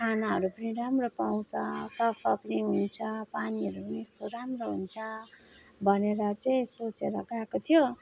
खानाहरू पनि राम्रो पाउँछ सफा पनि हुन्छ पानीहरू पनि यस्तो राम्रो हुन्छ भनेर चाहिँ सोचेर गएको थियो